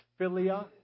philia